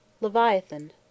Leviathan